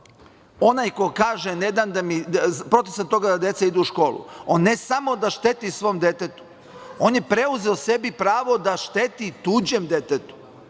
onaj ko kaže ne dam da mi, protiv toga sam da mi deca idu u školu, on ne samo da šteti svom detetu, on je preuzeo sebi pravo da šteti tuđem detetu.18/2